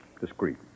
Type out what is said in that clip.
discreet